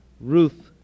Ruth